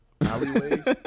Alleyways